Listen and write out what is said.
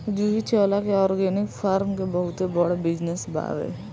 जूही चावला के organic farm के बहुते बड़ बिजनस बावे